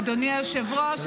אדוני היושב-ראש,